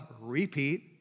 repeat